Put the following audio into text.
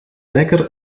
lekker